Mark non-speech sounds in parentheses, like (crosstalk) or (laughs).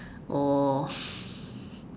or (laughs)